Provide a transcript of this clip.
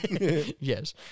Yes